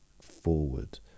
forward